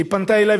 היא פנתה אלי,